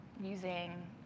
using